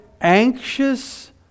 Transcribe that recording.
anxious